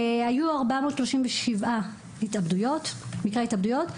היו 437 מקרי התאבדויות.